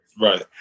Right